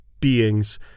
beings